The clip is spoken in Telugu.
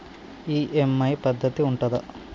ఈ.ఎమ్.ఐ పద్ధతి ఉంటదా?